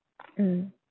mm